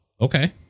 okay